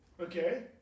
Okay